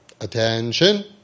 Attention